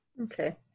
okay